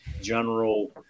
general